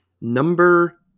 Number